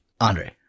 Andre